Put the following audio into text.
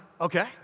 okay